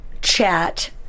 chat